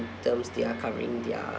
terms they're covering their